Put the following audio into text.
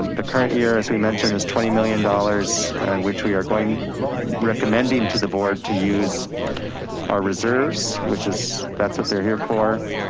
um the current year as we mentioned, is twenty million dollars which we are going recommending to the board to use our reserves, which is that's what they're here for.